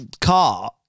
car